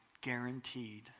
guaranteed